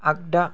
आगदा